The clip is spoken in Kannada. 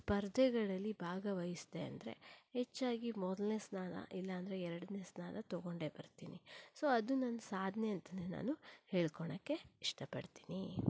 ಸ್ಪರ್ಧೆಗಳಲ್ಲಿ ಭಾಗವಹಿಸಿದೆ ಅಂದರೆ ಹೆಚ್ಚಾಗಿ ಮೊದಲನೇ ಸ್ಥಾನ ಇಲ್ಲಾಂದ್ರೆ ಎರಡನೇ ಸ್ಥಾನ ತಗೊಂಡೇ ಬರ್ತೀನಿ ಸೊ ಅದು ನನ್ನ ಸಾಧನೆ ಅಂತನೇ ನಾನು ಹೇಳ್ಕೋಳ್ಳೋಕ್ಕೆ ಇಷ್ಟಪಡ್ತೀನಿ